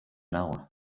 hour